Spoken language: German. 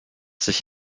sich